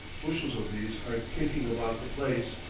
bushels of these are kicking about the place,